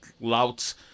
louts